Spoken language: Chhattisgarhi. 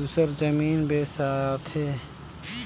दूसर जमीन बेसाथे